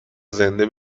زنده